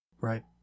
Right